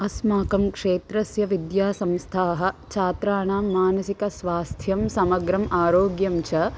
अस्माकं क्षेत्रस्य विद्यासंस्थायाः छात्राणां मानसिकस्वास्थ्यं समग्रम् आरोग्यं च